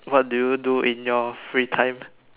what do you do in your free time